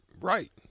Right